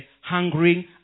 hungering